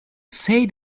say